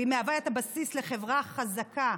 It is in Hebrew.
והיא מהווה את הבסיס לחברה חזקה.